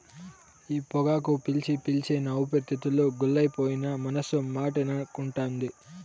ఈ పొగాకు పీల్చి పీల్చి నా ఊపిరితిత్తులు గుల్లైపోయినా మనసు మాటినకుంటాంది